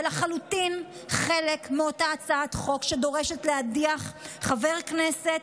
זה לחלוטין חלק מאותה הצעת חוק שדורשת להדיח חבר כנסת